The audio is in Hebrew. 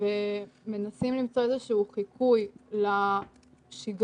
ומנסים למצוא איזה שהוא חיקוי לשגרה,